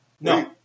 No